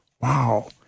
wow